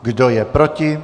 Kdo je proti?